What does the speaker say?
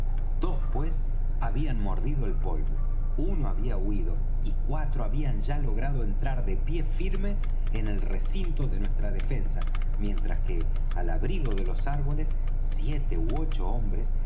dos pues habían mordido el polvo uno había huído y cuatro habían ya logrado entrar de pie firme en el recinto de nuestra defensa mientras que al abrigo de los árboles siete ú ocho hombres